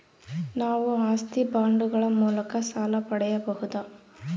ನಾವು ಆಸ್ತಿ ಬಾಂಡುಗಳ ಮೂಲಕ ಸಾಲ ಪಡೆಯಬಹುದಾ?